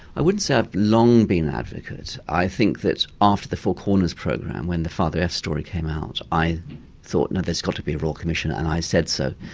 i wouldn't say i've long been an advocate. i think that after the four corners program when the father f story came out, i thought, no there's got to be a royal commission and i said so.